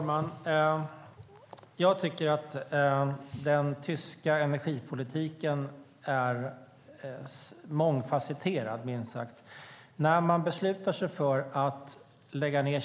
Herr talman! Den tyska energipolitiken är minst sagt mångfasetterad.